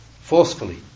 forcefully